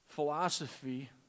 Philosophy